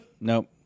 nope